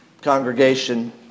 congregation